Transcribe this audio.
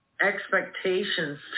expectations